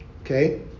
Okay